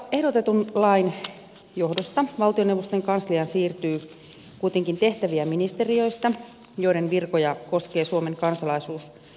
ehdotetun lain johdosta valtioneuvoston kansliaan siirtyy kuitenkin tehtäviä ministeriöistä joiden virkoja koskee suomen kansalaisuus edellytys